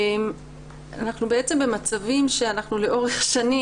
אנחנו במצבים שנמשכים לאורך שנים,